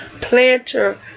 planter